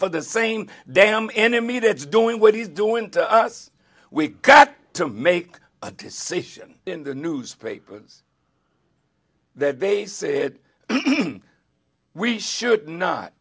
for the same damn enemy that's doing what he's doing to us we've got to make a decision in the newspapers that they said we should